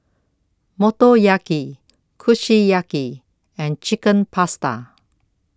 Motoyaki Kushiyaki and Chicken Pasta